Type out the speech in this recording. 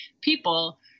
people